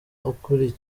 ukuriye